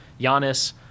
Giannis